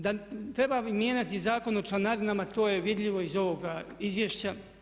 Da treba mijenjati Zakon o članarinama to je vidljivo iz ovoga izvješća.